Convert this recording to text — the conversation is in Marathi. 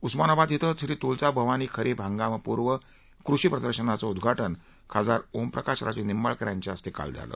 उस्मानाबाद छिं श्रीतुळजा भवानी खरीप हंगामपूर्व कृषी प्रदर्शनाचं उद्वाजि खासदार ओमप्रकाश राजे निंबाळकर यांच्या हस्ते काल झालं